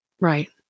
Right